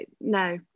no